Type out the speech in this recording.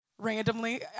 Randomly